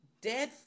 Dead